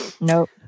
Nope